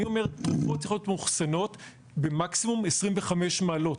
אני אומר שתרופות צריכות להיות מאוחסנות במקסימום 25 מעלות.